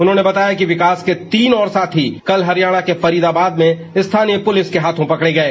उन्होंने बताया कि विकास के तीन और साथी कल हरियाणा के फरीदाबाद में स्थानीय पुलिस के हाथों पकड़े गये